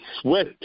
sweat